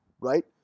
right